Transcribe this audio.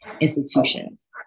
institutions